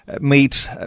meet